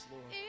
Lord